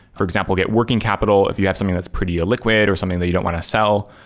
for example, get working capital if you have something that's pretty liquid or something that you don't want to sell,